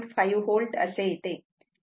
5 V असे येते